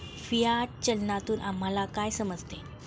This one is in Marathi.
फियाट चलनातून आपल्याला काय समजते?